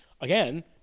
again